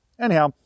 Anyhow